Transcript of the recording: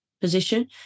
position